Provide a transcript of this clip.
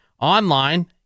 online